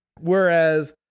Whereas